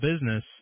business